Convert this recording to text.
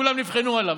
כולם נבחנו עליו,